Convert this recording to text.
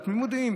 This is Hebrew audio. אבל תמימות דעים.